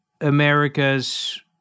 America's